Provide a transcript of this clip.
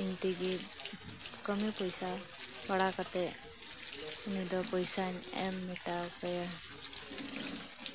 ᱤᱧ ᱛᱮᱜᱮ ᱠᱟᱹᱢᱤ ᱯᱚᱭᱥᱟ ᱵᱟᱲᱟ ᱠᱟᱛᱮ ᱩᱱᱤ ᱫᱚ ᱯᱚᱭᱥᱟᱧ ᱮᱢ ᱢᱮᱴᱟᱣ ᱛᱟᱭᱟ